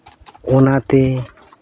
ᱚᱱᱟᱛᱮ